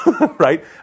right